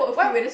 well